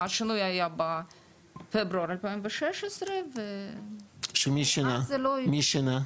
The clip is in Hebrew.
השינוי היה בפברואר 2016 ו- -- מי שינה?